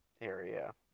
area